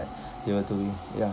they were doing ya